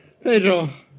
Pedro